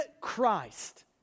Christ